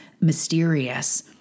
mysterious